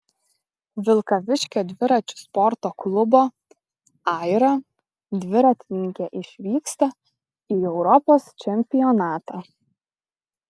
vilkaviškio dviračių sporto klubo aira dviratininkė išvyksta į europos čempionatą